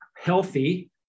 Healthy